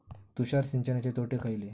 तुषार सिंचनाचे तोटे खयले?